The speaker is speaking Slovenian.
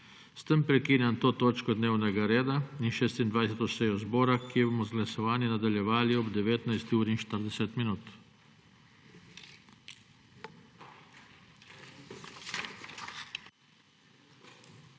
S tem prekinjam to točko dnevnega reda in še 27. sejo zbora, ki jo bomo z glasovanjem nadaljevali ob 19.40.